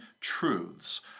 truths